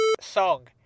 song